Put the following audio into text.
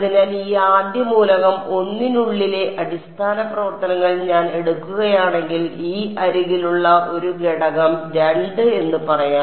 അതിനാൽ ഈ ആദ്യ മൂലകം 1 നുള്ളിലെ അടിസ്ഥാന പ്രവർത്തനങ്ങൾ ഞാൻ എടുക്കുകയാണെങ്കിൽ ഈ അരികിലുള്ള ഒരു ഘടകം 2 എന്ന് പറയാം